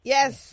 Yes